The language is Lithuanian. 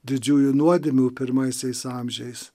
didžiųjų nuodėmių pirmaisiais amžiais